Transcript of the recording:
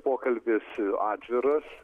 pokalbis atviras